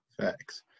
Facts